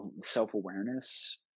self-awareness